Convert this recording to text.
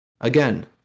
again